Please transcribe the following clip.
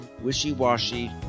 wishy-washy